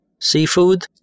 seafood